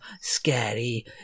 scary